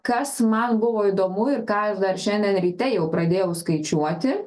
kas man buvo įdomu ir ką jūs dar šiandien ryte jau pradėjau skaičiuoti